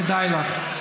כדאי לך.